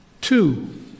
Two